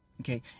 Okay